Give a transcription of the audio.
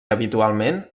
habitualment